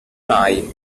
mai